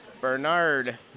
Bernard